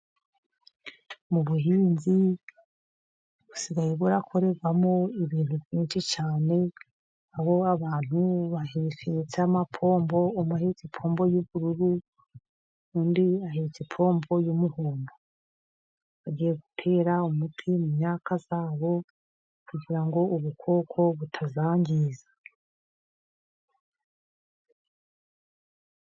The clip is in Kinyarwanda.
Mu buhinzi busigaye burakorerwamo ibintu byinshi cyane, abo abantu bahetse ikintu cy'amapombo, umwe ahetse pombo y'ubururu, undi ahetse ipombo y'umuhodo, agiye gutera umuti mu myaka yabo kugira ngo ubukoko butayangiza.